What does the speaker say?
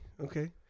okay